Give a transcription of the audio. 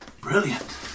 brilliant